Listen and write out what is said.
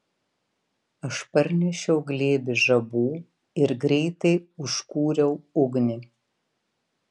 aš parnešiau glėbį žabų ir greitai užkūriau ugnį